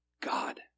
God